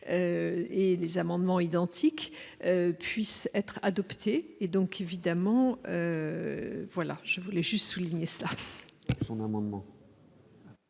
et les amendements identiques puisse être adopté et donc évidemment, voilà, je voulais juste souligner cela.